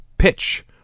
Pitch